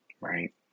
Right